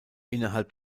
innerhalb